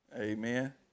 Amen